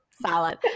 salad